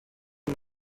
and